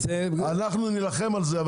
אנחנו נילחם על זה.